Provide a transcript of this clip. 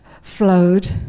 flowed